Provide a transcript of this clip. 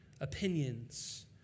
opinions